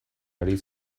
ari